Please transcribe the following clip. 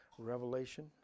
revelation